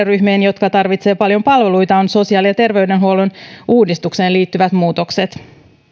ryhmien jotka tarvitsevat paljon palveluita ovat sosiaali ja terveydenhuollon uudistukseen liittyvät muutokset